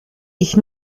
ich